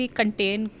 contain